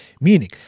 meaning